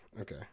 Okay